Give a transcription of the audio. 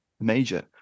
major